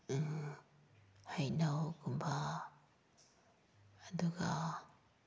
ꯍꯩꯅꯧꯒꯨꯝꯕ ꯑꯗꯨꯒ